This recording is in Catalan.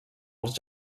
els